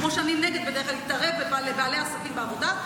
כמו שאני נגד בדרך כלל להתערב לבעלי עסקים בעבודה.